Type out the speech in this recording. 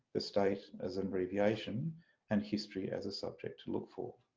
the state as an abbreviation and history as a subject to look for.